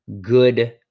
good